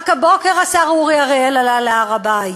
רק הבוקר השר אורי אריאל עלה להר-הבית.